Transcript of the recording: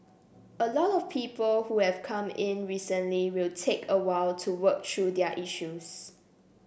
a lot of people who have come in recently will take a while to work through their issues